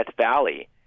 Valley